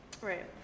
Right